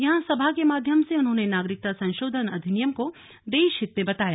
यहां सभा के माध्यम से उन्होंने नागरिकता संशोधन अधिनियम को देश हित में बताया